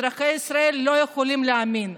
אזרחי ישראל לא יכולים להאמין,